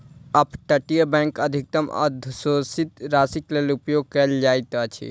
up तटीय bank अधिकतम अघोषित राशिक लेल उपयोग कयल जाइत अछि